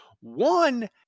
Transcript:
One